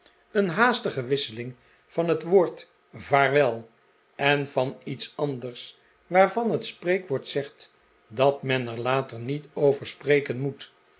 een haastige wisseling van het woord vaarwel en van iets anders waarvan het spreekwoord zegt dat men er later niet over spreken moet